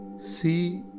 See